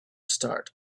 start